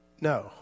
no